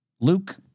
Luke